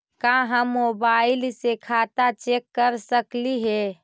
का हम मोबाईल से खाता चेक कर सकली हे?